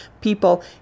people